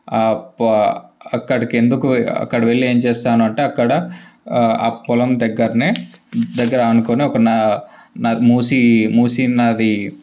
ప అక్కడికి ఎందుకు వె అక్కడి వెళ్ళి ఏం చేస్తాను అంటే అక్కడ ఆ పొలం దగ్గరనే దగ్గర ఆనుకుని ఒక న మూసీ మూసీ నది